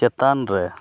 ᱪᱮᱛᱟᱱ ᱨᱮ